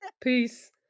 Peace